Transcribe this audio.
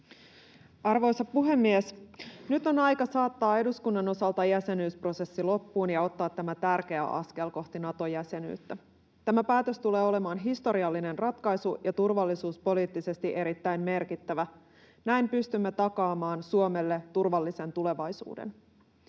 Arvoisa puhemies! Nyt on aika saattaa eduskunnan osalta jäsenyysprosessi loppuun ja ottaa tämä tärkeä askel kohti Nato-jäsenyyttä. Tämä päätös tulee olemaan historiallinen ratkaisu ja turvallisuuspoliittisesti erittäin merkittävä: näin pystymme takaamaan Suomelle turvallisen tulevaisuuden.